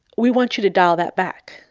we want you to dial that back,